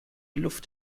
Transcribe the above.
luft